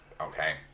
Okay